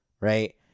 Right